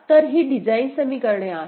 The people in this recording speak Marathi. तर ही डिझाइन समीकरणे आहेत